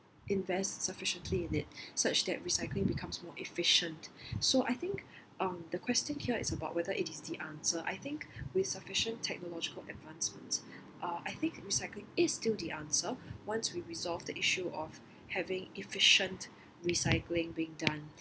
invest sufficiently in it such that recycling becomes more efficient so I think um the question here is about whether it is the answer I think with sufficient technological advancements uh I think recycling is still the answer once we resolve the issue of having efficient recycling being done